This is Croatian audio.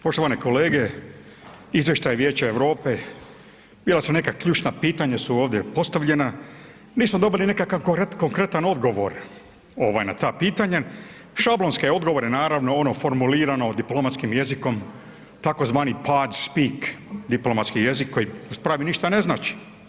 Poštovane kolege, izvještaj Vijeća Europe, bila su neka ključna pitanja su ovdje postavljena, nismo dobili nekakav konkretan odgovor ovaj na ta pitanja, šablonske odgovore naravno ono formulirano diplomatskim jezikom tzv. pad spik diplomatski jezik koji … [[Govornik se ne razumije]] ništa ne znači.